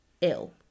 ill